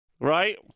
Right